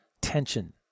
Tension